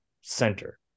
center